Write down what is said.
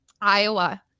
Iowa